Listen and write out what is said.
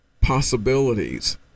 possibilities